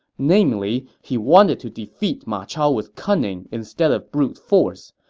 namely, he wanted to defeat ma chao with cunning instead of brute force,